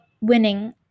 winning